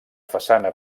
façana